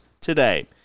today